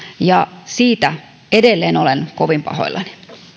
ja siitä edelleen olen kovin pahoillani